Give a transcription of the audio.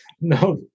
No